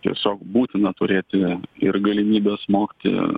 tiesiog būtina turėti ir galimybę smogti